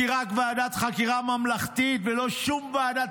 כי רק ועדת חקירה ממלכתית ולא שום ועדת